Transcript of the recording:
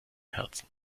herzen